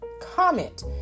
comment